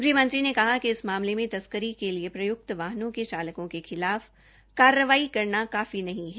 ग़हमंत्री ने कहा कि इस मामलों में तस्करी के लिए प्रयुक्त वाहनों के चालकों के खिलाफ करना काफी नहीं है